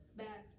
bad